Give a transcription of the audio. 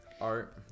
Art